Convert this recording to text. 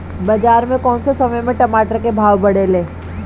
बाजार मे कौना समय मे टमाटर के भाव बढ़ेले?